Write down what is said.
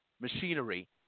machinery